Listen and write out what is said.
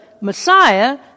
Messiah